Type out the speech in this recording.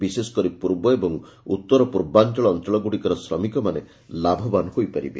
ବିଶେଷ କରି ପୂର୍ବ ଏବଂ ଉଉର ପୂର୍ବାଞ୍ଚଳ ଅଞ୍ଞଳଗୁଡ଼ିକର ଶ୍ରମିକମାନେ ଲାଭବାନ ହୋଇପାରିବେ